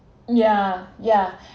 yeah yeah